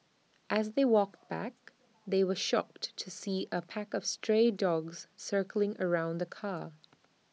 as they walked back they were shocked to see A pack of stray dogs circling around the car